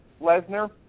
Lesnar